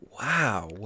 Wow